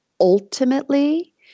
ultimately